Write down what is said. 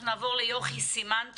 אנחנו נעבור ליוכי סימן טוב,